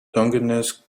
dungeness